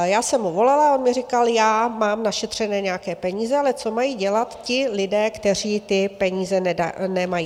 Já jsem mu volala, on mi říkal: Já mám našetřené nějaké peníze, ale co mají dělat ti lidé, kteří ty peníze nemají?